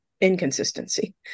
inconsistency